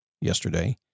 yesterday